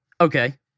Okay